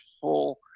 full